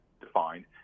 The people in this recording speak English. defined